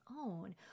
own